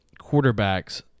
quarterbacks